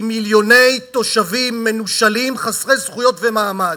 עם מיליוני תושבים מנושלים, חסרי זכויות ומעמד.